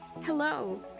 Hello